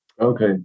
Okay